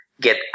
get